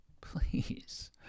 please